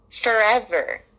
forever